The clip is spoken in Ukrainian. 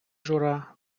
жура